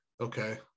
Okay